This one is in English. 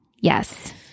Yes